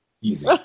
Easy